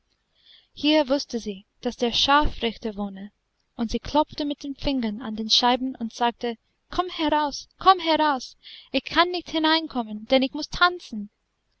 hier wußte sie daß der scharfrichter wohne und sie klopfte mit den fingern an die scheiben und sagte komm heraus komm heraus ich kann nicht hinein kommen denn ich muß tanzen